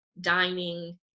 dining